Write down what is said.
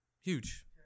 huge